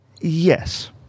Yes